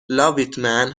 لاویتمن